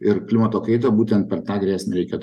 ir klimato kaitą būtent per tą grėsmę reikėtų